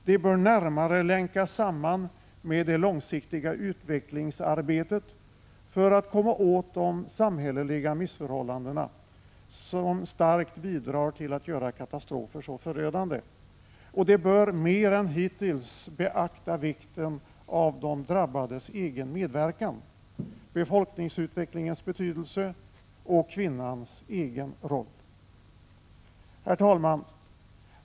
Det bör närmare länkas samman med det långsiktiga utvecklingsarbetet, för att man skall kunna komma åt de samhälleliga missförhållanden som starkt bidrar till att göra katastrofer så förödande. Man bör mer än hittills beakta vikten av de drabbades egen medverkan, befolkningsutvecklingens betydelse och kvinnans roll. Herr talman!